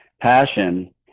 passion